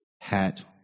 hat